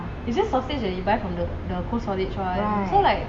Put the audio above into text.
it's just sausage that you buy from the the cold storage right